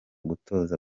gutoza